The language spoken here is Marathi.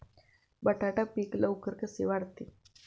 बटाटा पीक लवकर कसे वाढते?